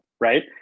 Right